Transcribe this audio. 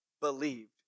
believed